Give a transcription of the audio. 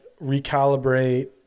recalibrate